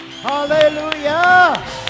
Hallelujah